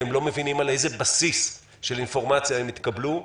והם לא מבינים על איזה בסיס של אינפורמציה הם התקבלו,